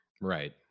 right